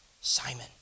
Simon